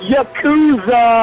Yakuza